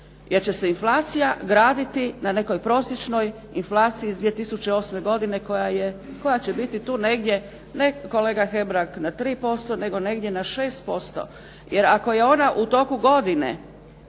jer će se inflacija graditi na nekoj prosječnoj inflaciji iz 2008. godine koja će biti tu negdje ne kolega Hebrang na 3%, nego negdje na 6%. Jer ako je ona u toku godine